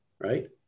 right